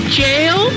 jail